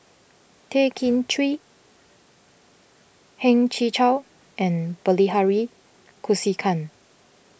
Tay Kay Chin Heng Chee Chow and Bilahari Kausikan